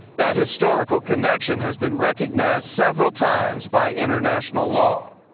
that historical connection has been recognized several times by international law.